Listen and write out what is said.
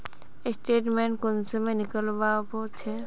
Statement कुंसम निकलाबो छी?